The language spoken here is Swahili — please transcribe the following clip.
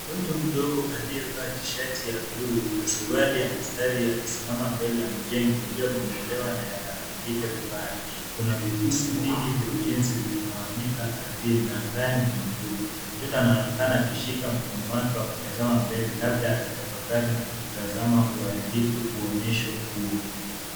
Mtoto mdogo aliyevaa tishati ya bluu na suruali ya mstari akisimama mbele ya mjengo iliyobomolewa na yanaharibika vibaya. Kuna vifusi vingi vya ujenzi vimetawanyika ardhini na angani ni bluu. Mtoto anaonekana akishika mkono wake wa kutazama mbele labda akitafakari na kutazama uharibifu uonyesho huo.